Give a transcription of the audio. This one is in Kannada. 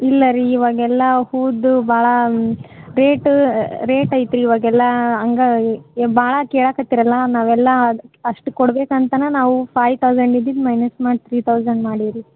ಇಲ್ಲ ರೀ ಇವಾಗೆಲ್ಲ ಹೂದು ಭಾಳ ರೇಟು ರೇಟ್ ಐತೆ ರೀ ಇವಾಗೆಲ್ಲ ಹಂಗ ಎ ಭಾಳ ಕೇಳಾಕ್ಹತ್ಯಾರಲ್ಲ ನಾವೆಲ್ಲ ಅಷ್ಟು ಕೊಡ್ಬೇಕು ಅಂತನೇ ನಾವು ಫೈವ್ ತೌಸಂಡ್ ಇದ್ದಿದ್ದು ಮೈನಸ್ ಮಾಡಿ ತ್ರೀ ತೌಸಂಡ್ ಮಾಡಿವಿ ರೀ